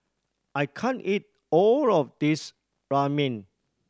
I can't eat all of this Ramen